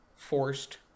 forced